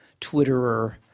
Twitterer